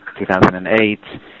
2008